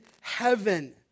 heaven